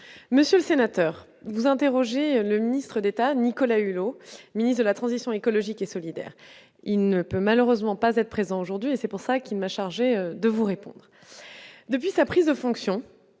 Monsieur le Sénateur, vous interrogez le ministre d'État de Nicolas Hulot, ministre de la transition écologique et solidaire, il ne peut malheureusement pas être présent aujourd'hui et c'est pour ça qu'il m'a chargé de vous répondre depuis sa prise de fonction,